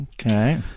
Okay